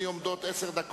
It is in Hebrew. להיות עכשיו.